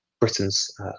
Britain's